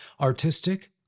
artistic